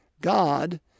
God